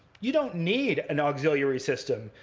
you don't need an auxiliary system.